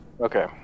okay